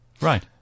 Right